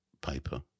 paper